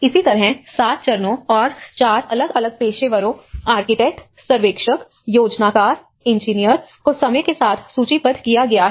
इसी तरह 7 चरणों और 4 अलग अलग पेशेवरों आर्किटेक्ट सर्वेक्षक योजनाकार इंजीनियर को समय के साथ सूचीबद्ध किया गया है